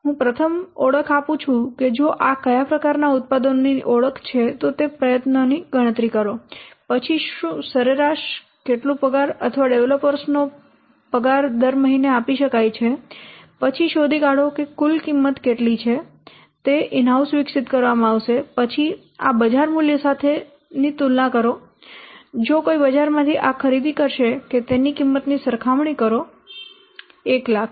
તેથી તેથી હું પ્રથમ ઓળખ આપું છું કે જો આ કયા પ્રકારનાં ઉત્પાદનની ઓળખ છે તો તે પ્રયત્નોની ગણતરી કરો પછી શું સરેરાશ કેટલું પગાર અથવા ડેવલપર્સ નો પગાર મહિને આપી શકાય છે પછી શોધી કાઢો કે કુલ કિંમત કેટલી છે તે ઈન હાઉસ વિકસિત કરવામાં આવશે પછી આ બજાર મૂલ્ય સાથે તુલના કરો જો કોઈ બજારમાંથી આ ખરીદી કરશે કે તેની કિંમતની સરખામણી કરો 1 લાખ